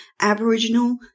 Aboriginal